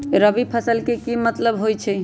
रबी फसल के की मतलब होई छई?